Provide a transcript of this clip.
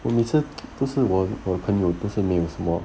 我每次就是我的朋友都是没有什么